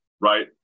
right